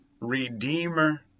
redeemer